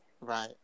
Right